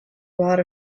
lot